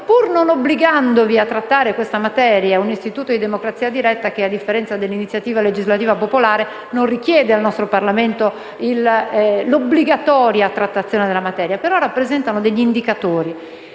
pur non obbligando a trattare questa materia: si tratta infatti di un istituto di democrazia diretta che, a differenza dell'iniziativa legislativa popolare, non richiede al Parlamento l'obbligatoria trattazione della materia, ma rappresenta pur sempre un indicatore.